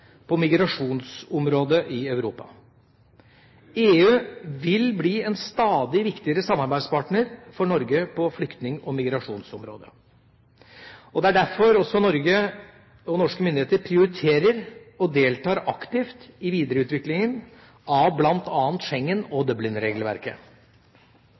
på migrasjonsområdet i Europa. EU vil bli en stadig viktigere samarbeidspartner for Norge på flyktning- og migrasjonsområdet. Det er derfor også Norge og norske myndigheter prioriterer og deltar aktivt i videreutviklinga av bl.a. Schengen- og